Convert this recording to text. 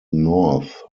north